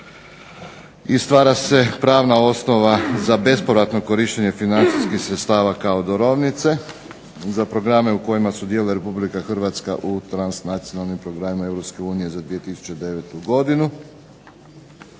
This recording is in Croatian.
stvara se pravna osnova za bespovratno korištenje financijskih sredstava kao darovnice za programe u kojima sudjeluje RH u transnacionalnim programima EU za 2009. godinu.